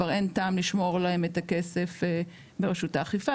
כבר אין טעם לשמור להם את הכסף ברשות האכיפה